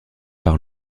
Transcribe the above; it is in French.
par